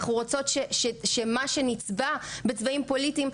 אנחנו רוצות שמה שנצבע בצבעים פוליטיים.